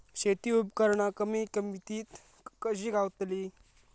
शेती उपकरणा कमी किमतीत कशी गावतली?